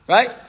Right